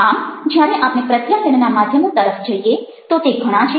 આમજ્યારે આપણે પ્રત્યાયનના માધ્યમો તરફ જઈએ તો તે ઘણા છે